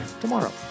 tomorrow